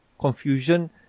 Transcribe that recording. confusion